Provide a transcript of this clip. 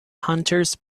hunters